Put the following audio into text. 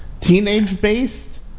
teenage-based